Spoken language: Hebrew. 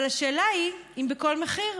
אבל השאלה היא אם בכל מחיר,